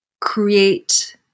create